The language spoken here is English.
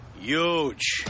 Huge